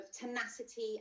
tenacity